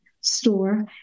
store